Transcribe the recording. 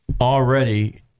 already